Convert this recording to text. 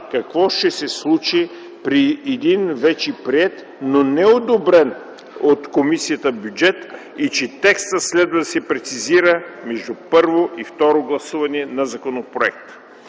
какво ще се случи при един вече приет, но не одобрен от комисията бюджет и че текстът следва да се прецизира между първо и второ гласуване на законопроекта.